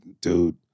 dude